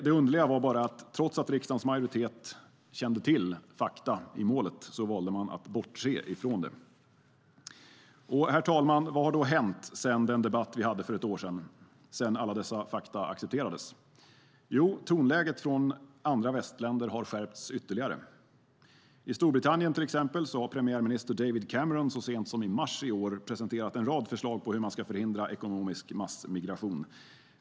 Det underliga var bara att riksdagens majoritet, trots att man kände till fakta i målet, valde att bortse från det. Herr talman! Vad har då hänt sedan den debatt vi hade för ett år sedan - sedan alla dessa fakta accepterades? Jo, tonläget från andra västländer har skärpts ytterligare. I till exempel Storbritannien har premiärminister David Cameron så sent som i mars i år presenterat en rad förslag på hur man ska förhindra ekonomisk massmigration.